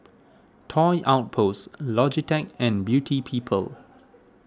Toy Outpost Logitech and Beauty People